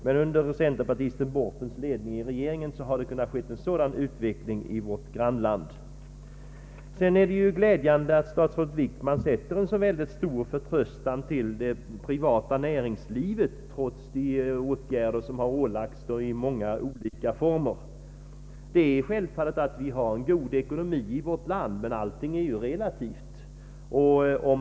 Men under centerpartisten Borten i regeringen har det kunnat ske en sådan utveckling i vårt grannland. Vidare är det glädjande att statsrådet Wickman sätter en så stor förtröstan till det privata näringslivet och de åtgärder som har vidtagits i många olika former. Det är självfallet att vi har en god ekonomi i vårt land, men allting är relativt.